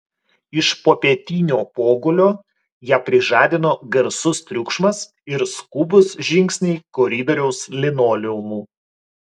iš popietinio pogulio ją prižadino garsus triukšmas ir skubūs žingsniai koridoriaus linoleumu